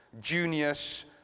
Junius